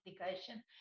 application